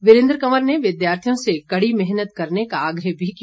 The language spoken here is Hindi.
वीरेंद्र कवंर ने विद्यार्थियों से कड़ी मेहनत करने का आग्रह भी किया